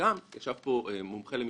וכינסו את כל הסטודנטים למשפטים,